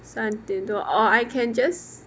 三点多 or I can just